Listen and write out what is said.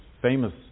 famous